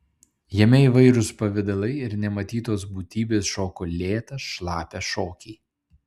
jame įvairūs pavidalai ir nematytos būtybės šoko lėtą šlapią šokį